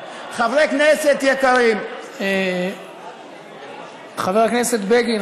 חברי כנסת יקרים חבר הכנסת בגין,